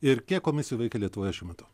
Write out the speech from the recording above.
ir kiek komisijų veikia lietuvoje šiuo metu